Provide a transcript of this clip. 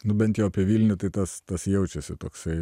nu bent jau apie vilnių tai tas tas jaučiasi toksai